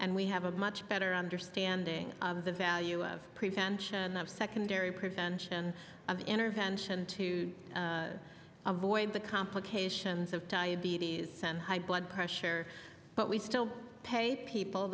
and we have a much better understanding of the value of prevention of secondary prevention of intervention to avoid the complications of diabetes sent high blood pressure but we still pay people